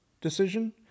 decision